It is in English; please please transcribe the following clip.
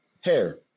Hair